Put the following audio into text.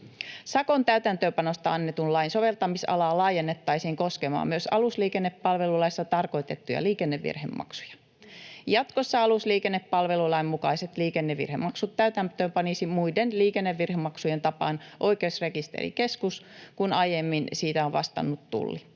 Sakon täytäntöönpanosta annetun lain soveltamisalaa laajennettaisiin koskemaan myös alusliikennepalvelulaissa tarkoitettuja liikennevirhemaksuja. Jatkossa alusliikennepalvelulain mukaiset liikennevirhemaksut täytäntöönpanisi muiden liikennevirhemaksujen tapaan Oikeusrekisterikeskus, kun aiemmin siitä on vastannut Tulli.